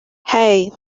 hey